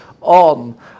on